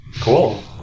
Cool